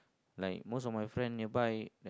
like most of my friends nearby